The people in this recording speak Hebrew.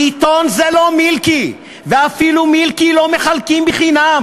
עיתון זה לא מילקי, ואפילו מילקי לא מחלקים חינם.